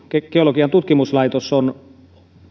geologian tutkimuskeskus on